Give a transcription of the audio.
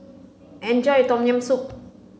enjoy your Tom Yam Soup